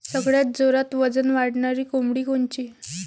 सगळ्यात जोरात वजन वाढणारी कोंबडी कोनची?